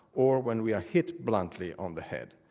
or when we are hit bluntly on the head.